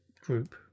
group